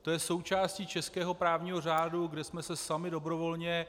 To je součástí českého právního řádu, kde jsme se sami dobrovolně...